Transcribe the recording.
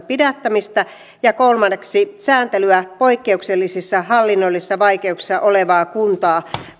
pidättämistä ja kolmanneksi sääntelyä poikkeuksellisissa hallinnollisissa vaikeuksissa olevaa kuntaa